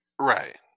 Right